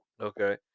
okay